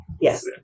Yes